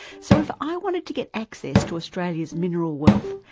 so if i wanted to get access to australia's mineral wealth,